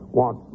want